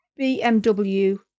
BMW